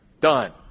Done